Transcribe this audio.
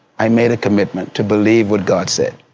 i made a commitment to believe what god said.